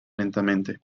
lentamente